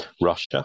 Russia